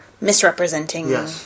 misrepresenting